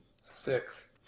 Six